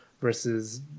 versus